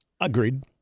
Agreed